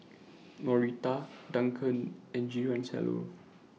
Norita Duncan and Giancarlo